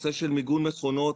הנושא של מיגון מכונות